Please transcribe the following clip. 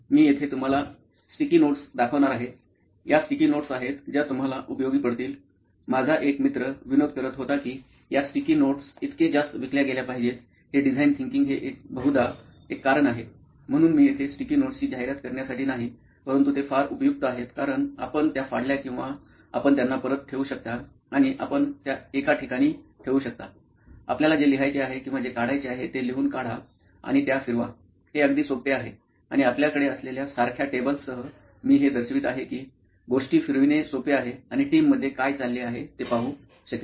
मी येथे तुम्हाला sticky notes दाखवणार आहे या स्टिकी नोट्स आहेत ज्या तुम्हाला उपयोगी पडतील माझा एक मित्र विनोद करत होता की या स्टिकी नोट्स इतके जास्त विकल्या गेल्या पाहिजेत हे डिझाईन थिंकिंग हे बहुधा एक कारण आहे म्हणून मी येथे स्टिकी नोट्सची जाहिरात करण्यासाठी नाही परंतु ते फार उपयुक्त आहेत कारण आपण त्या फाडल्या आणि आपण त्यांना परत ठेवू शकता आणि आपण त्या एका ठिकाणी ठेवू शकता आपल्याला जे लिहायचे आहे किंवा जे काढायचे आहे ते लिहून काढा आणि त्या फिरवा हे अगदी सोपे आहे आणि आपल्याकडे असलेल्या सारख्या टेबलसह मी हे दर्शवित आहे की गोष्टी फिरविणे सोपे आहे आणि टीम मध्ये काय चालले आहे ते पाहू शकेल